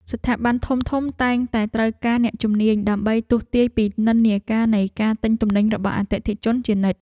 ស្ថាប័នធំៗតែងតែត្រូវការអ្នកជំនាញ ដើម្បីទស្សន៍ទាយពីនិន្នាការនៃការទិញទំនិញរបស់អតិថិជនជានិច្ច។